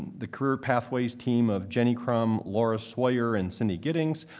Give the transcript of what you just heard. the career pathways team of ginny krumme, laura swoyer and cindy giddings,